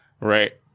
right